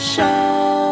Show